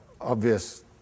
obvious